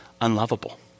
unlovable